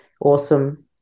awesome